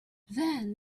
then